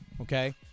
okay